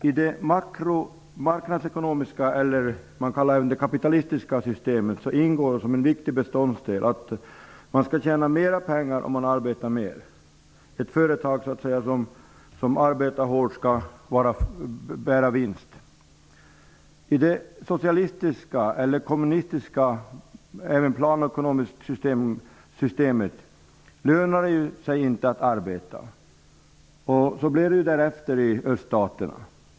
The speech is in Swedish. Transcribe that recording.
I det marknadsekonomiska eller det s.k. kapitalistiska systemet ingår som en viktig beståndsdel att man skall tjäna mer pengar om man arbetar mycket. Ett hårt arbetande företag skall bära vinst. I det socialistiska eller kommunistiska planekonomiska systemet lönar det sig inte att arbeta. Därför blev situationen därefter i öststaterna.